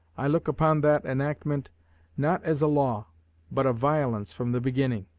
i look upon that enactment not as a law but a violence from the beginning.